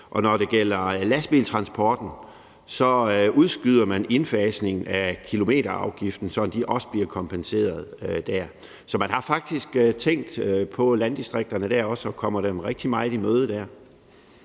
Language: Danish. er. Når det gælder lastbiltransporten, udskyder man indfasningen af kilometerafgiften, sådan at de også bliver kompenseret der. Så man har faktisk tænkt på landdistrikterne og kommer dem rigtig meget i møde.